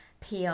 PR